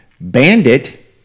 bandit